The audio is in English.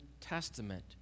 Testament